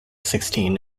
sixteen